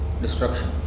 destruction